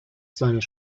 seines